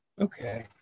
Okay